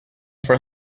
for